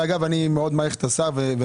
מאוד מעריך את השר.